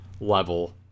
level